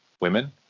women